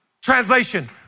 Translation